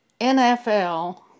NFL